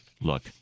look